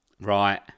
Right